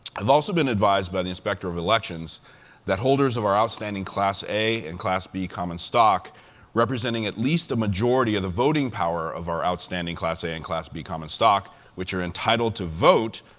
i've also been advised by the inspector of elections that holders of our outstanding class a and class b common stock representing at least a majority of the voting power of our outstanding class a and class b common stock, which are entitled to vote,